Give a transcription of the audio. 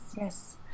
yes